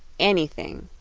anything,